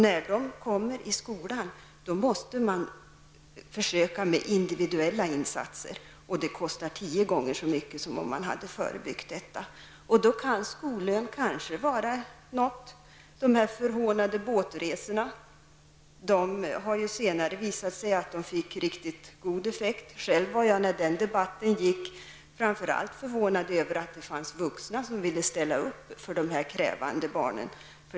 När de kommer i skolan måste man försöka med individuella insatser. Det kostar tio gånger så mycket som om man hade förebyggt detta. Då kan kanske skollön vara av värde. De förhånade båtresorna har ju senare visat sig få riktigt goda effekter. När den debatten fördes var jag själv framför allt förvånad över att det fanns vuxna som ville ställa upp för dessa krävande barn.